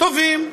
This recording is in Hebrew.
טובים,